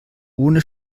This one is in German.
ohne